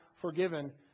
forgiven